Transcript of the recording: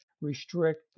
restrict